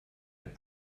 mit